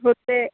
हुते